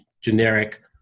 generic